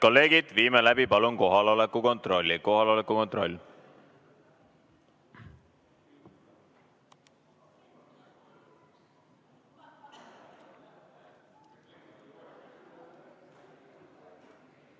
kolleegid, viime läbi kohaloleku kontrolli. Kohaloleku kontroll.